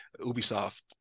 ubisoft